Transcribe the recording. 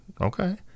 Okay